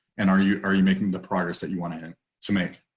and are you are you making the progress that you want him to make